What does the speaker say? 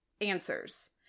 answers